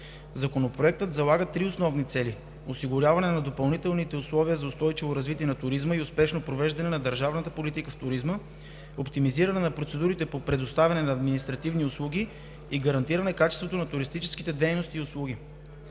Законопроектът залага три основни цели: осигуряване на допълнителни условия за устойчиво развитие на туризма и успешно провеждане на държавната политика в туризма, оптимизиране на процедурите по предоставяне на административни услуги и гарантиране качеството на туристическите дейности и услуги.